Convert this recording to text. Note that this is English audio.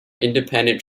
independent